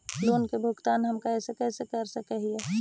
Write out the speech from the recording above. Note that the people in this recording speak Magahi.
लोन के भुगतान हम कैसे कैसे कर सक हिय?